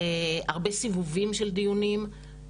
הרבה סיבובים של דיונים,